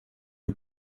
اون